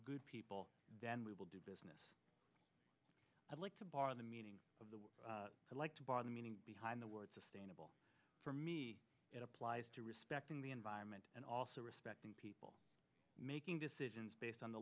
good people than we will do business i'd like to borrow the meaning of the word i like to buy the meaning behind the word sustainable for me it applies to respecting the environment and also respecting people making decisions based on the